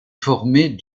formés